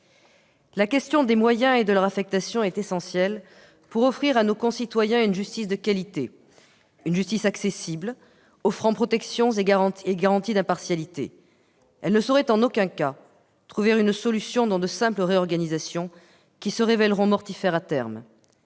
La question des moyens et de leur affectation est essentielle pour offrir à nos concitoyens une justice de qualité, une justice accessible offrant protection et garanties d'impartialité. Elle ne saurait en aucun cas trouver une solution dans de simples réorganisations, qui se révéleront à terme